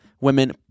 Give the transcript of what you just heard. women